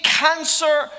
cancer